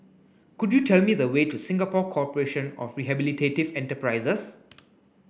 could you tell me the way to Singapore Corporation of Rehabilitative Enterprises